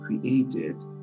created